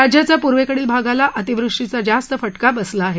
राज्याचा पुर्वेकडील भागाला अतिवृष्टीचा जास्त फटका बसला आहे